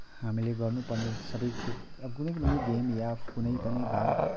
हामीले गर्नु पर्ने सबै खेल अब कुनै पनि गेम या कुनै पनि भाग